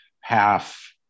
half